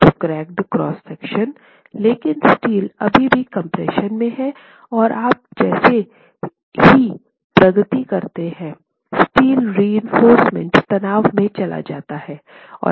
तो cracked cross section लेकिन steel अभी भी कम्प्रेशन में है और आप जैसे ही प्रगति करते हैं स्टील रिइंफोर्समेन्ट तनाव में चला जाता है